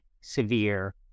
severe